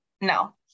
no